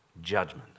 judgment